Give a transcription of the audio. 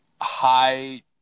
high